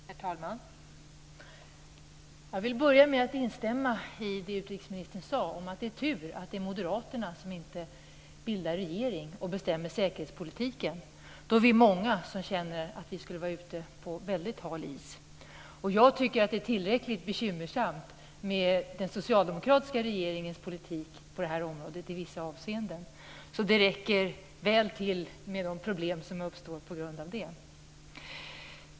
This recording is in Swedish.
Herr talman! Jag vill börja med att instämma i det utrikesministern sade om att det är tur att det inte är Moderaterna som bildar regering och bestämmer säkerhetspolitiken. Då är vi många som känner att vi skulle vara ute på väldigt hal is. Jag tycker att det är tillräckligt bekymmersamt med den socialdemokratiska regeringens politik på det här området i vissa avseenden. Det räcker väl till med de problem som uppstår på grund av det.